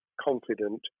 confident